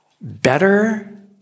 Better